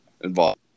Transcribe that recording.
involved